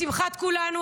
לשמחת כולנו,